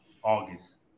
August